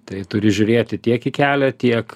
tai turi žiūrėti tiek į kelią tiek